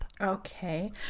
Okay